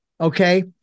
okay